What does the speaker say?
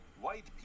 White